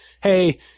Hey